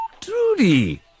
Trudy